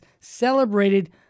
celebrated